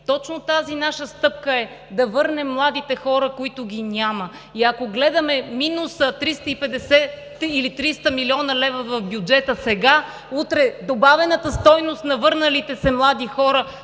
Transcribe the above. Точно тази наша стъпка е, за да върнем младите хора. Ако гледаме минуса от 350 или 300 млн. лв. в бюджета сега, утре добавената стойност на върналите се млади хора